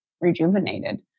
rejuvenated